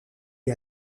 est